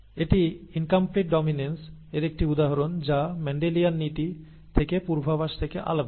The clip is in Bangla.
এটি ইনকমপ্লিট ডমিনেন্স এর একটি উদাহরণ যা মেন্ডেলিয়ান নীতি থেকে পূর্বাভাস থেকে আলাদা